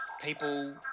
people